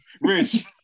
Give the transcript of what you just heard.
Rich